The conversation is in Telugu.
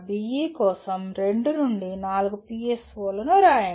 E కోసం రెండు నుండి నాలుగు PSO లను రాయండి